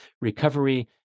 recovery